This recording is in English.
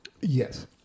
Yes